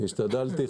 השתדלתי.